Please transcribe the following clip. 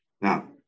Now